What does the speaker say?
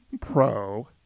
Pro